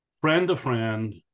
friend-to-friend